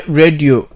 radio